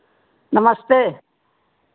नमस्ते